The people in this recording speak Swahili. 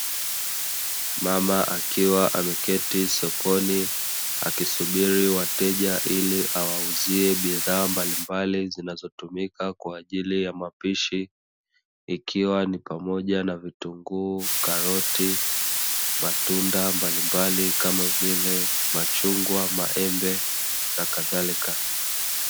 Mama akiwa ameketi sokoni, akisubiri wateja ili awauzie bidhaa mbalimbali zinazotumika kwa ajili ya mapishi, ikiwa ni pamoja na vitunguu, karoti, matunda mbalimbali, kama vile machungwa, maembe na kadhalika.